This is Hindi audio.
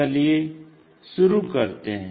चलिए शुरू करते हैं